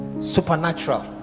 supernatural